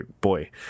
boy